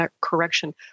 correction